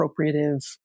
appropriative